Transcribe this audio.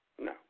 No